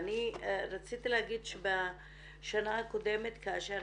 ואני רציתי להגיד שבשנה הקודמת כאשר